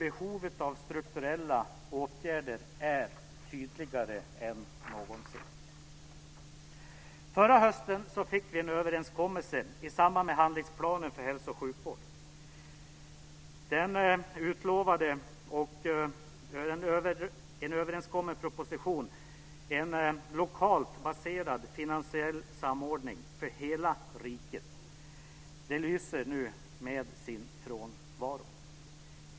Behovet av strukturella åtgärder är tydligare än någonsin. Förra hösten fick vi en överenskommelse i samband med handlingsplanen för hälso och sjukvård. Den utlovade och överenskomna propositionen om en lokalt baserad finansiell samordning för hela riket lyser med sin frånvaro.